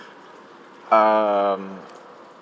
um